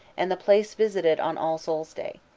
and the place visited on all souls' day.